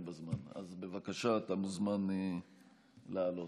תקנות סמכויות מיוחדות להתמודדות